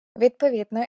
відповідно